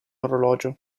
orologio